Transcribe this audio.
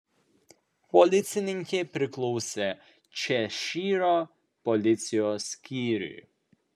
policininkė priklausė češyro policijos skyriui